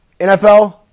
NFL